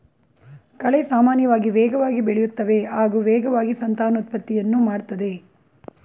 ಕಳೆ ಸಾಮಾನ್ಯವಾಗಿ ವೇಗವಾಗಿ ಬೆಳೆಯುತ್ತವೆ ಹಾಗೂ ವೇಗವಾಗಿ ಸಂತಾನೋತ್ಪತ್ತಿಯನ್ನು ಮಾಡ್ತದೆ